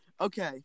Okay